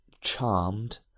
charmed